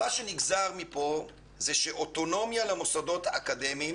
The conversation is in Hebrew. מה שנגזר פה זה שאוטונומיה למוסדות האקדמיים